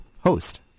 host